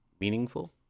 meaningful